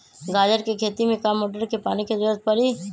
गाजर के खेती में का मोटर के पानी के ज़रूरत परी?